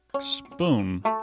spoon